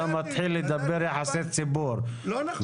מתחיל להתעסק ביחסי ציבור -- לא נכון.